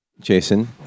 Jason